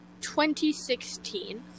2016